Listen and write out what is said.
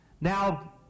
Now